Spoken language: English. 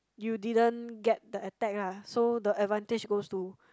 you didn't get the attack ah so the advantage goes to